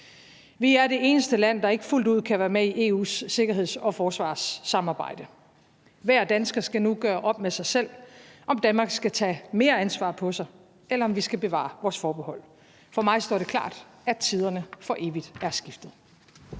Vi er det eneste land, der ikke fuldt ud kan være med i EU's sikkerheds- og forsvarssamarbejde. Hver dansker skal nu gøre op med sig selv, om Danmark skal tage mere ansvar på sig, eller om vi skal bevare vores forbehold. For mig står det klart, at tiderne for evigt er skiftet.